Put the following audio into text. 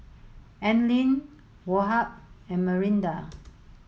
Anlene Woh Hup and Mirinda